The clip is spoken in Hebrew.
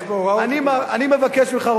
אני מבקש ממך,